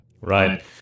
Right